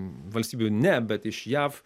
valstybių ne bet iš jav